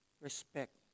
respect